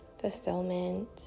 fulfillment